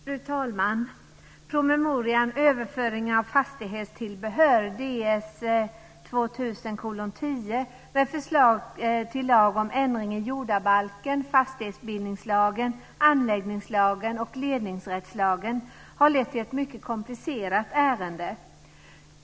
Fru talman! Promemorian Överföring av fastighetstillbehör med förslag till lag om ändring i jordabalken, fastighetsbildningslagen, anläggningslagen och ledningsrättslagen har lett till ett mycket komplicerat ärende.